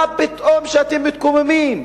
מה פתאום אתם מתקוממים?